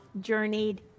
journeyed